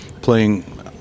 playing